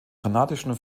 kanadischen